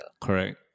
Correct